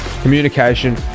communication